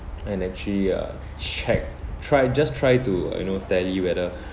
and actually uh check try just try to you know tally whether